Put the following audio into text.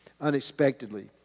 unexpectedly